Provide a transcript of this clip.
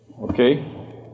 okay